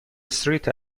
استریت